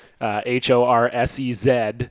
H-O-R-S-E-Z